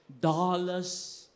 dollars